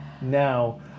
now